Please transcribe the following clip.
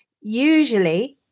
usually